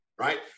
right